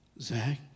Zach